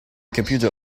computer